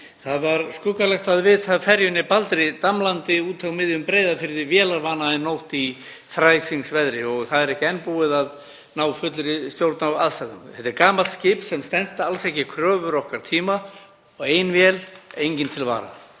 Það var skuggalegt að vita af ferjunni Baldri í nótt, damlandi úti á miðjum Breiðafirði, vélarvana í þræsingsveðri, og það er ekki enn búið að ná fullri stjórn á aðstæðum. Þetta er gamalt skip sem stenst alls ekki kröfur okkar tíma og aðeins ein vél, engin til vara.